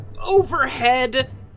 overhead